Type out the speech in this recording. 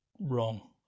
wrong